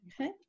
Okay